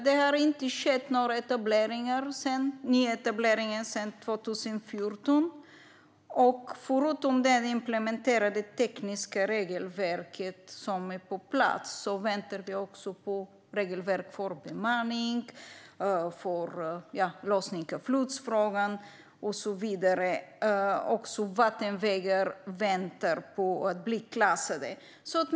Det har inte skett några nyetableringar sedan 2014. Förutom det implementerade tekniska regelverket, som är på plats, väntar vi också på regelverk för bemanning, lösning av lotsfrågan och så vidare. Det är också så att vattenvägar väntar på att bli klassade.